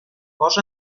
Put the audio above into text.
cos